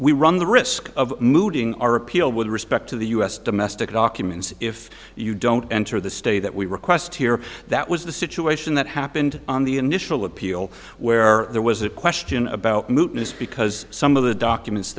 we run the risk of moving our appeal with respect to the u s domestic documents if you don't enter the stay that we request here that was the situation that happened on the initial appeal where there was a question about mootness because some of the documents